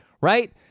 right